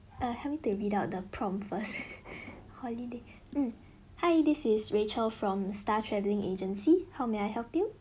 err help me to read out the prompt first holiday mm hi this is rachel from star travelling agency how may I help you